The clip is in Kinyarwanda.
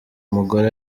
mugore